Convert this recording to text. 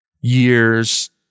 years